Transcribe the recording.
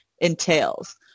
entails